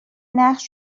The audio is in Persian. نقش